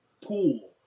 pool